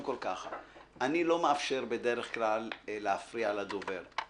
אני לא מאפשר בדרך כלל להפריע לדובר.